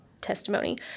testimony